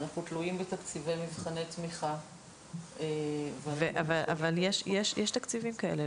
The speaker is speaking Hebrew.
אנחנו תלויים בתקציבי מבחני תמיכה --- אבל יש תקציבים כאלה,